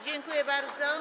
Dziękuję bardzo.